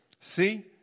see